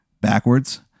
backwards